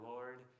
Lord